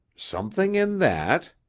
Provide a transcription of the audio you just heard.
something in that,